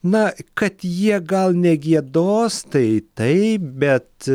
na kad jie gal negiedos tai taip bet